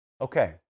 Okay